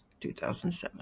2007